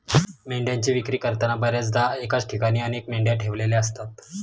मेंढ्यांची विक्री करताना बर्याचदा एकाच ठिकाणी अनेक मेंढ्या ठेवलेल्या असतात